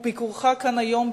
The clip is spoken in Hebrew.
וביקורך כאן היום,